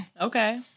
Okay